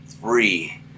three